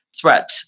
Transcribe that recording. threat